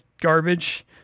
garbage